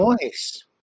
Nice